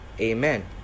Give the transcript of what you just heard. amen